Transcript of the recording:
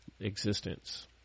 existence